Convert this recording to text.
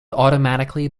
automatically